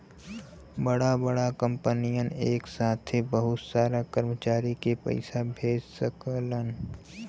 बड़ा बड़ा कंपनियन एक साथे बहुत सारा कर्मचारी के पइसा भेज सकलन